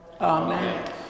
Amen